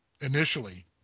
initially